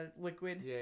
liquid